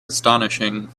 astonishing